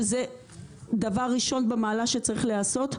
שזה דבר ראשון במעלה שצריך להיעשות,